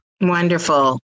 Wonderful